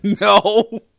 No